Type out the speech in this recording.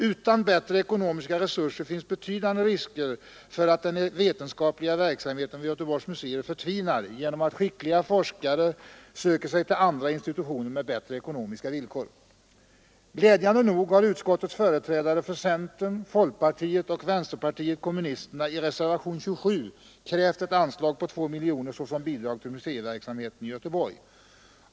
Utan bättre ekonomiska resurser finns betydande risk för att den vetenskapliga verksamheten vid Göteborgs museer förtvinar genom att skickliga forskare söker sig till andra institutioner med bättre ekonomiska villkor. Glädjande nog har utskottets företrädare för centern, folkpartiet och vänsterpartiet kommunisterna i reservationen 27 krävt ett anslag på 2 miljoner kronor såsom bidrag till museiverksamheten i Göteborg.